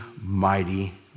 mighty